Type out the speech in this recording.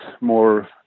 more